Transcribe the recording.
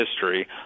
history